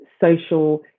social